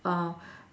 uh